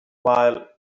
while